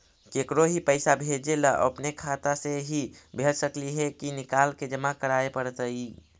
केकरो ही पैसा भेजे ल अपने खाता से ही भेज सकली हे की निकाल के जमा कराए पड़तइ?